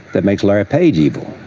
that makes larry page evil?